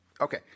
Okay